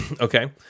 Okay